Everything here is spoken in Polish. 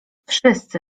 wszyscy